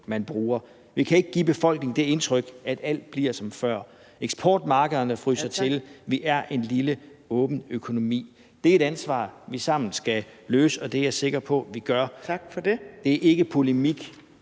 man bruger. Vi kan ikke give befolkningen det indtryk, at alt bliver som før. Eksportmarkederne fryser til. Vi er en lille åben økonomi. Det er et ansvar, vi sammen skal påtage os, og det er jeg sikker på vi gør. Det er ikke polemik